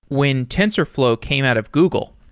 when tensorflow came out of google,